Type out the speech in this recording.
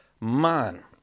man